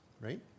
right